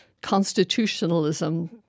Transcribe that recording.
Constitutionalism